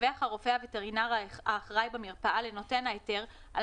ידווח הרופא הווטרינר האחראי במרפאה לנותן ההיתר על